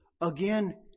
again